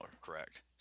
Correct